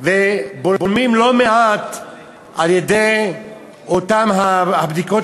ובולמים לא מעט על-ידי אותן הבדיקות